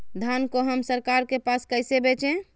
धान को हम सरकार के पास कैसे बेंचे?